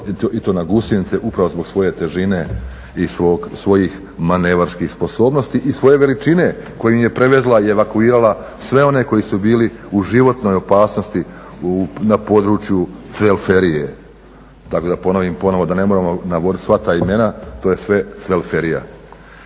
i to na gusjenice upravo zbog svoje težine i svojih manevarskih sposobnosti i svoje veličine kojim je prevezla i evakuirala sve one koji su bili u životnoj opasnosti na području cvelferije tako da ponovim ponovno da ne moramo navoditi sva ta imena, to je sve cvelferija.